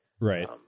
Right